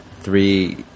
three